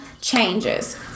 changes